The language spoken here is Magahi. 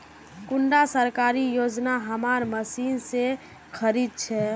कुंडा सरकारी योजना हमार मशीन से खरीद छै?